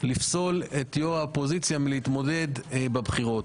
לפסול את יו"ר האופוזיציה מלהתמודד בבחירות.